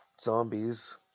zombies